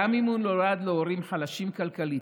גם אם הוא נולד להורים חלשים כלכלית.